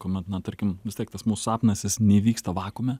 kuomet na tarkim vis tiek tas mus sapnas jis neįvyksta vakuume